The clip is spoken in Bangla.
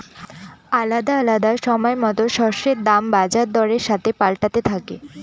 আলাদা আলাদা সময়তো শস্যের দাম বাজার দরের সাথে পাল্টাতে থাকে